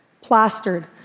plastered